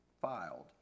filed